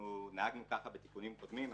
אנחנו נהגנו ככה בתיקונים קודמים.